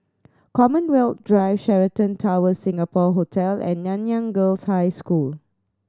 Commonwealth Drive Sheraton Towers Singapore Hotel and Nanyang Girls' High School